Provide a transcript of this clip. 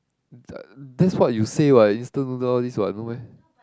the that's what you say what instant noodle all this what no meh